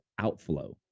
outflow